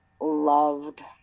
Loved